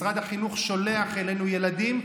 משרד החינוך שולח אלינו ילדים.